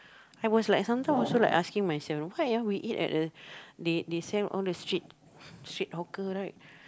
I was like sometimes I also like asking myself you know why ah we eat at the they they sell all the street street hawker right